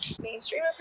mainstream